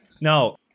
No